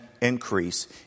increase